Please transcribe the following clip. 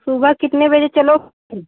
सुबह कितने बजे चलोगे